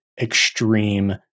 extreme